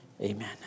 amen